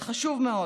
זה חשוב מאוד,